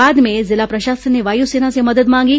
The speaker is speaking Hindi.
बाद में जिला प्रशासन ने वायुसेना से मदद मांगी